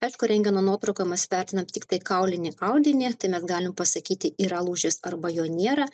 aišku rengeno nuotrauką mes vertinam tiktai kaulinį audinį tai mes galim pasakyti yra lūžis arba jo nėra